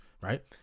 right